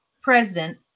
president